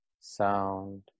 sound